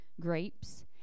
grapes